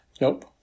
Nope